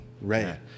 Right